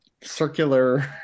circular